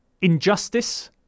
injustice